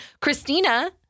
Christina